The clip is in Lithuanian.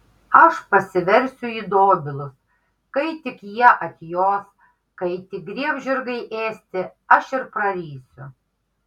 aš pasiversiu į dobilus kai tik jie atjos kai tik griebs žirgai ėsti aš ir prarysiu